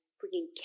bringing